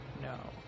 no